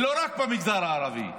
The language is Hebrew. ולא רק במגזר הערבי.